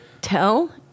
tell